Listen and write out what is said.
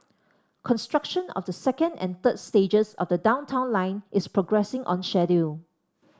construction of the second and third stages of the Downtown Line is progressing on schedule